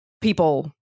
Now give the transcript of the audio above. people